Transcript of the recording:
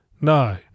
No